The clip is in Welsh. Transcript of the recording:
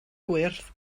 gwyrdd